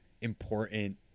important